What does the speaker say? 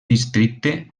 districte